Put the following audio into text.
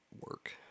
work